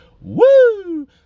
Woo